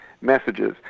messages